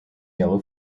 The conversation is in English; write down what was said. yellow